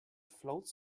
floats